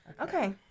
Okay